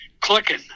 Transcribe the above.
clicking